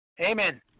Amen